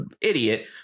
idiot